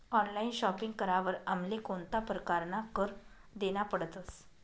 Online shopping करावर आमले कोणता परकारना कर देना पडतस?